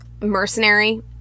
mercenary